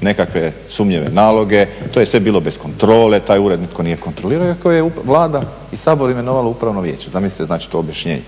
nekakve sumnjive naloge, to je sve bilo bez kontrole, taj ured nitko nije kontrolira, iako je Vlada i Sabor imenovalo upravno vijeće. Zamislite znači to objašnjenje.